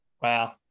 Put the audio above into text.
Wow